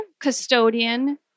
custodian